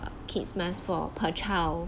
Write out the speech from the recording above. kids mask for per child